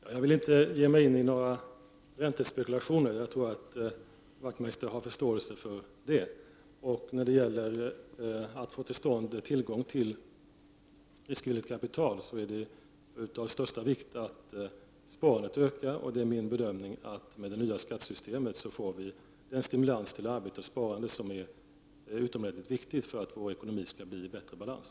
Herr talman! Jag vill inte ge mig in i några räntespekulationer. Jag tror att Wachtmeister har förståelse för det. När det gäller att få tillgång till riskvilligt kapital är det av största vikt att sparandet ökar. Det är min bedömning att vi med det nya skattesystemet får den stimulans till arbete och sparande som är så utomordentligt viktig för att få vår ekonomi i bättre balans.